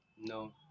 No